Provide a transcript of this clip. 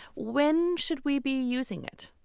when should we be using it?